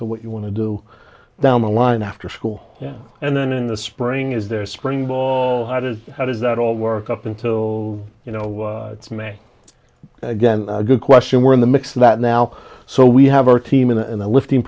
to what you want to do down the line after school and then in the spring is their spring ball how does how does that all work up until you know it's may again good question we're in the mix that now so we have our team in a lifting